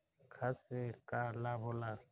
खाद्य से का लाभ होला?